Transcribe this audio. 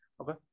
Okay